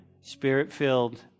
spirit-filled